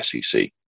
SEC